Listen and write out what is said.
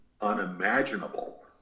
unimaginable